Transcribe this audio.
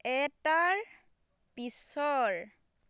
এটাৰ পিছৰ